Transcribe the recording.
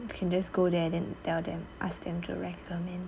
you can just go there then tell them ask them to recommend